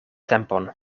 tempon